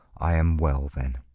i am well then.